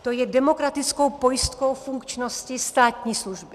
To je demokratickou pojistkou funkčnosti státní služby.